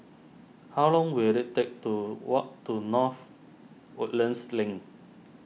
how long will it take to walk to North Woodlands Link